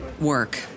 work